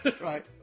Right